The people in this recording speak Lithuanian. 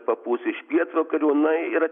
papūs iš pietvakarių na ir